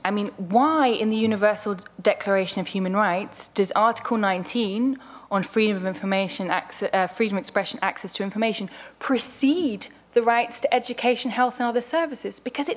i mean why in the universal declaration of human rights does article nineteen on freedom of information act freedom expression access to information precede the rights to education health and other services because it